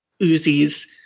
Uzis